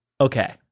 Okay